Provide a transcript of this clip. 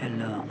എല്ലാ